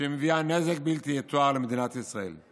שמביאה נזק בלתי יתואר למדינת ישראל.